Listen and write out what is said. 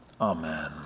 Amen